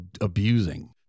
abusing